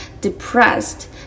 depressed